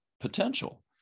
potential